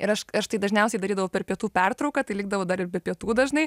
ir aš aš tai dažniausiai darydavau per pietų pertrauką tai likdavau dar ir be pietų dažnai